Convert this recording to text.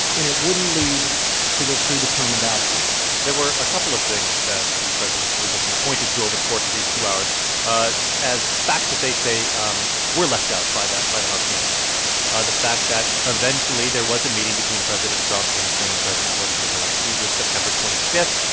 and it wouldn't lead to their predetermined outcome there were a couple of things that the president's legal team pointed to over the course of these two hours ah but as facts that they say um were left out by the house managers ah the fact that eventually, there was a meeting between president trump and ukrainian president volodymyr zelenskiy. it was september twenty five.